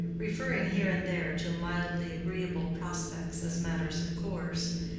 referring here and there to mildly agreeable prospects as matters of course,